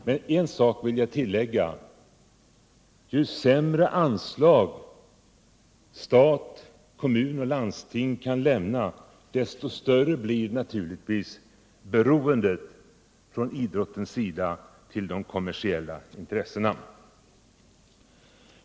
Men jag vill tillägga en sak: ju sämre anslag stat, kommun och landsting kan lämna, desto större blir naturligtvis beroendet från idrottens sida av de kommersiella intressena.